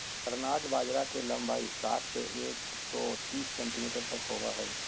barnyard बाजरा के लंबाई साठ से एक सो तिस सेंटीमीटर तक होबा हइ